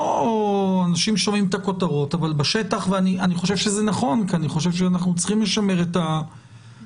אני חושב שזה נכון כי אני חושב שאנחנו צריכים לשמר את השגרה